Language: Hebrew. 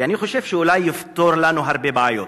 ואני חושב שאולי הוא יפתור לנו הרבה בעיות.